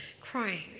crying